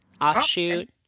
offshoot